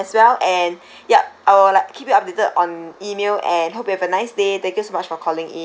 and yup I'll like keep you updated on email and hope you have a nice day thank you so much for calling in